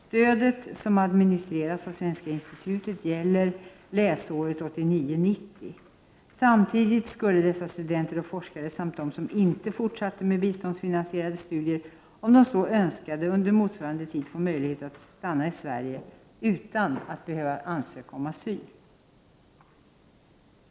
Stödet, som administreras av Svenska Institutet, gäller läsåret 1989/90. Samtidigt skulle dessa studenter och forskare samt de som inte fortsatte med biståndsfinansierade studier, om de så önskade, under motsvarande tid få möjlighet att stanna i Sverige utan att behöva ansöka om asyl.